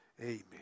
Amen